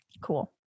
Cool